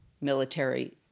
military